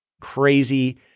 crazy